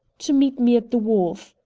to meet me at the wharf.